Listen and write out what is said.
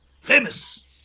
Famous